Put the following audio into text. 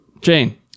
Jane